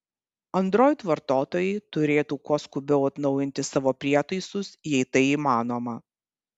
android vartotojai turėtų kuo skubiau atnaujinti savo prietaisus jei tai įmanoma